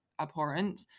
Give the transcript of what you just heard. abhorrent